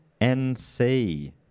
NC